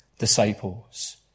disciples